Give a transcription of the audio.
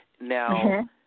Now